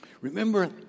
Remember